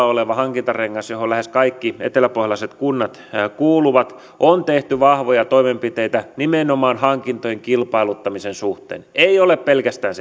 olevassa hankintarenkaassa johon lähes kaikki eteläpohjalaiset kunnat kuuluvat on tehty vahvoja toimenpiteitä nimenomaan hankintojen kilpailuttamisen suhteen ei ole pelkästään